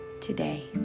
today